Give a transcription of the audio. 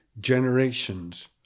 generations